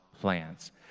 plans